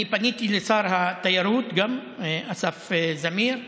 אני פניתי גם לשר התיירות אסף זמיר,